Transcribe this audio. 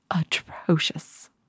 atrocious